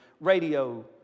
radio